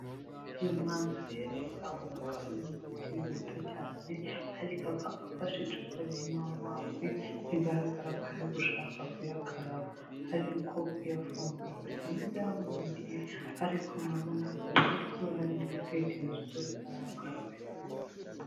Uyo mwana rero murabona ko ari umwana ukiri muto cyane, ariko akaba afashe icupa ririmo amazi, bigaragara ko ari gushaka kuyakaraba ariko kuyafungura bisa n'ibyamunaniye ariko murabona ko mu mutwe we harimo ibitekerezo byo kuba yakarabayaga aya mazi.